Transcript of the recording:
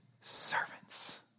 servants